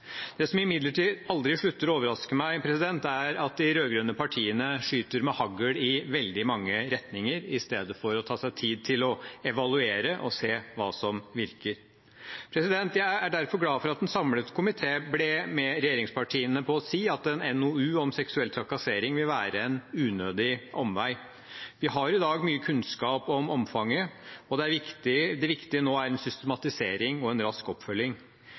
Det som imidlertid aldri slutter å overraske meg, er at de rød-grønne partiene skyter med hagl i veldig mange retninger i stedet for å ta seg tid til å evaluere og se hva som virker. Jeg er derfor glad for at en samlet komité ble med regjeringspartiene på å si at en NOU om seksuell trakassering vil være en unødig omvei. Vi har i dag mye kunnskap om omfanget, og det viktige nå er en systematisering og en rask oppfølging.